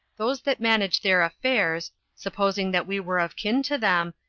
those that manage their affairs, supposing that we were of kin to them,